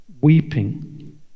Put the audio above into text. weeping